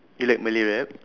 you like malay rap